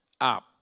up